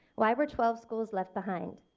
why were twelve schools left behind?